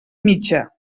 mitja